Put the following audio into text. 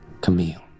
Camille